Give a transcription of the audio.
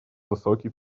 высокий